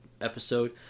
episode